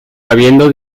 habiendo